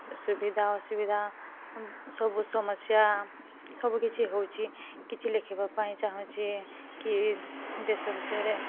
ସୁ ସୁବିଧା ଅସୁବିଧା ସବୁ ସମସ୍ୟା ସବୁ କିଛି ହେଉଛି କିଛି ଲେଖିବା ପାଇଁ ଚାହୁଁଛି କି ଦେଶ ବିଷୟରେ